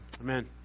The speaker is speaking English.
amen